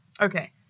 okay